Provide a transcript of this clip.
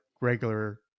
regular